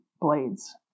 blades